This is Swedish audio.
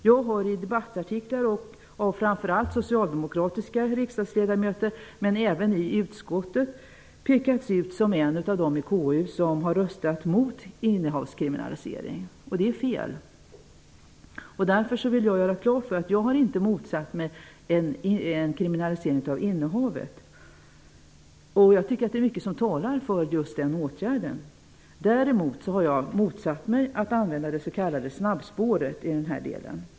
Jag har i debattartiklar av framför allt socialdemokratiska riksdagsledamöter men även i utskottet pekats ut som en av dem i KU som har röstat mot innehavskriminalisering. Det är fel. Därför vill jag göra klart att jag inte motsatt mig en kriminalisering av innehavet. Jag tycker att det är mycket som talar för den åtgärden. Däremot har jag motsatt mig att använda det s.k. snabbspåret i denna del.